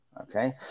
Okay